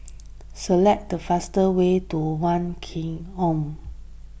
select the fast way to one K M